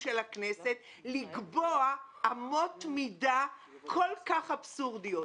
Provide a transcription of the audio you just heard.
של הכנסת לקבוע אמות מידה כל כך אבסורדיות?